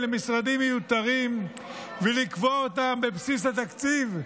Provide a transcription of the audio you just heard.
למשרדים מיותרים ולקבוע אותם בבסיס התקציב,